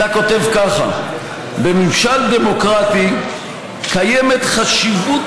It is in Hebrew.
אתה כותב ככה: "בממשל דמוקרטי קיימת חשיבות